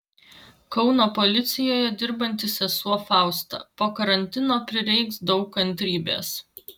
kauno policijoje dirbanti sesuo fausta po karantino prireiks daug kantrybės